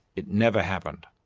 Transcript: it never happened.